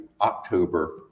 October